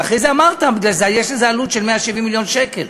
אבל אחרי זה אמרת: יש עלות של 170 מיליון שקל.